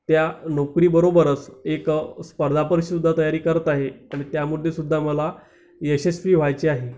त्या नोकरीबरोबरच एक स्पर्धा परीक्षेची सुद्धा तयारी करत आहे आणि त्यामध्ये सुद्धा मला यशस्वी व्हायचे आहे